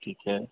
ठीक है